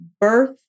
birth